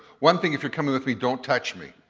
one thing if you're coming with me, don't touch me.